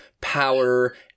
power